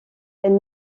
elle